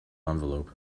envelope